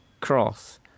cross